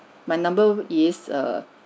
my number is err